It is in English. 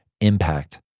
impact